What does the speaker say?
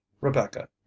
Rebecca